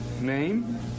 name